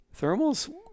Thermals